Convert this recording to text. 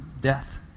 death